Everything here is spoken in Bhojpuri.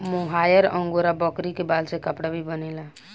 मोहायर अंगोरा बकरी के बाल से कपड़ा भी बनेला